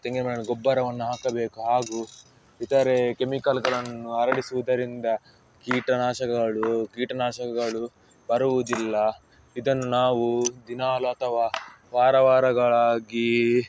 ತೆಂಗಿನ ಮರಗಳಿಗೆ ಗೊಬ್ಬರವನ್ನು ಹಾಕಬೇಕು ಹಾಗೂ ಇತರೆ ಕೆಮಿಕಲ್ಗಳನ್ನು ಹರಡಿಸುವುದರಿಂದ ಕೀಟನಾಶಕಗಳು ಕೀಟನಾಶಕಗಳು ಬರುವುದಿಲ್ಲ ಇದನ್ನು ನಾವು ದಿನಾಲೂ ಅಥವಾ ವಾರ ವಾರಗಳಾಗಿ